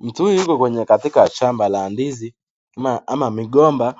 Mtu huyu yuko kwenye katika shamba la ndizi ama, ama migomba